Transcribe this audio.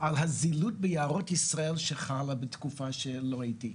על הזילות ביערות ישראל שחלה בתקופה שלא הייתי.